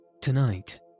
Tonight